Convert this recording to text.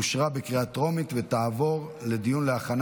אושרה בקריאה טרומית ותעבור לדיון להכנה